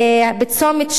הצומת שם,